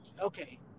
Okay